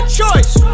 choice